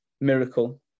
miracle